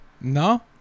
no